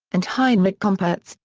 and heinrich gomperz,